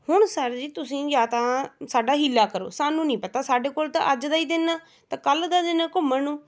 ਹੁਣ ਸਰ ਜੀ ਤੁਸੀਂ ਜਾਂ ਤਾਂ ਸਾਡਾ ਹੀਲਾ ਕਰੋ ਸਾਨੂੰ ਨਹੀਂ ਪਤਾ ਸਾਡੇ ਕੋਲ ਤਾਂ ਅੱਜ ਦਾ ਹੀ ਦਿਨ ਆ ਤਾਂ ਕੱਲ੍ਹ ਦਾ ਦਿਨ ਘੁੰਮਣ ਨੂੰ